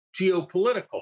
geopolitical